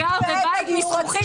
אתה גר בבית מזכוכית.